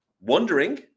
wondering